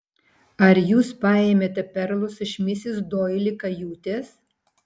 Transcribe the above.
ar jūs paėmėte perlus iš misis doili kajutės